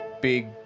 big